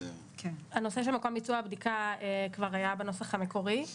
הנושא של מקום ביצוע הבדיקה כבר היה בנוסח המקורי.